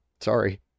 sorry